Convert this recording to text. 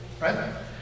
Right